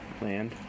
Land